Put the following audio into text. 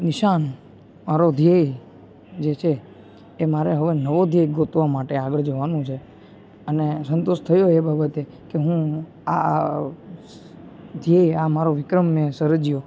નિશાન મારો ધ્યેય જે છે એ મારે હવે નવો ધ્યેય ગોતવા માટે આગળ જવાનું છે અને સંતોષ થયો એ બાબતે કે હું આ ધ્યેય આ મારો વિક્રમ મેં સર્જ્યો